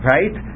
Right